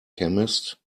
chemist